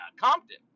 Compton